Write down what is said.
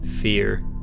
fear